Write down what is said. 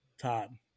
Todd